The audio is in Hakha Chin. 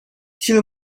thil